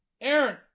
Aaron